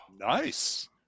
Nice